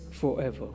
forever